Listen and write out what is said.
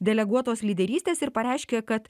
deleguotos lyderystės ir pareiškė kad